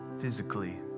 physically